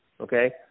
Okay